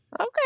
Okay